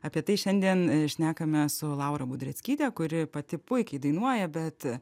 apie tai šiandien šnekame su laura budreckyte kuri pati puikiai dainuoja bet